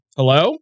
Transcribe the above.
Hello